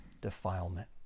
defilement